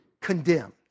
condemned